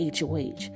HOH